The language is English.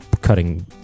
cutting